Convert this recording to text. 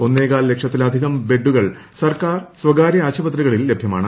ഒന്നേകാൽ ലക്ഷത്തിലധികം ബെഡുകൾ സർക്കാർ സ്വകാരൃ ആശുപത്രികളിൽ ലഭ്യമാണ്